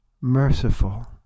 merciful